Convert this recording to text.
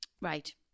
right